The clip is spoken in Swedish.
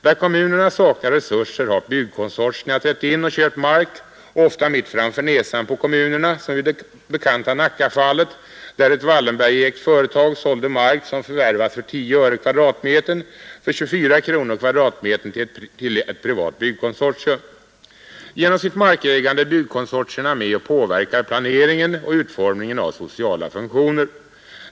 Där kommunerna saknat resurser har byggkonsortierna trätt in och köpt mark; ofta mitt framför näsan på kommunerna som i det bekanta Nackafallet, där ett Wallenbergägt företag sålde mark som förvärvats för 10 öre per kvadratmeter för 24 kronor per kvadratmeter till ett privat byggkonsortium. Genom sitt markägande är byggkonsortierna med och påverkar planeringen och sociala funktioner.